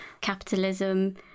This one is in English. capitalism